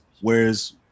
whereas